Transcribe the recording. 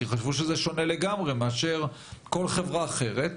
חשבו שזה שונה לגמרי מאשר כל חברה אחרת,